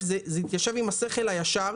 זה מתיישב עם השכל הישר,